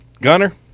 Gunner